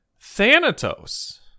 Thanatos